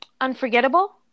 Unforgettable